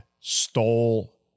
stole